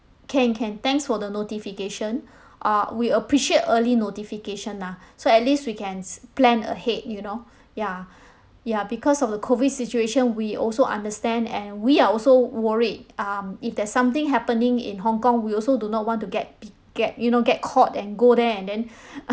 can can thanks for the notification uh we appreciate early notification ah so at least we can s~ plan ahead you know ya ya because of the COVID situation we also understand and we are also worried um if there's something happening in hong kong we also do not want to get b~ get you know get caught and go there and then